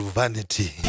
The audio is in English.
vanity